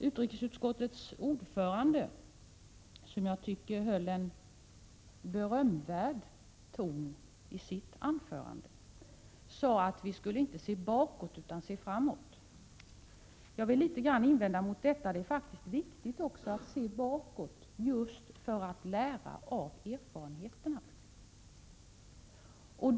Utrikesutskottets ordförande, som jag tycker höll en berömvärd ton i sitt anförande, sade att vi inte skulle se bakåt utan framåt. Jag vill något invända mot detta. Det är viktigt att också se bakåt, för att lära av erfarenheterna.